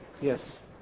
yes